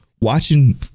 Watching